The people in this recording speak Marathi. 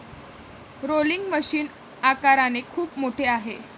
रोलिंग मशीन आकाराने खूप मोठे आहे